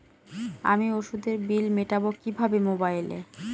আমি ওষুধের বিল মেটাব কিভাবে মোবাইলে?